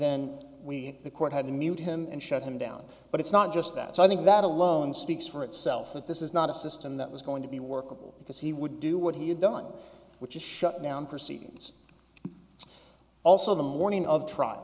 then we the court had to mute him and shut him down but it's not just that so i think that alone speaks for itself that this is not a system that was going to be workable because he would do what he had done which is shut down proceedings also the morning